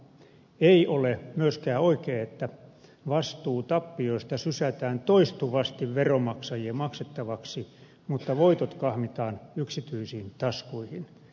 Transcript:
ei ole myöskään oikein että vastuu tappioista sysätään toistuvasti veronmaksajien maksettavaksi mutta voitot kahmitaan yksityisiin taskuihin